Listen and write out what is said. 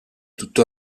tutto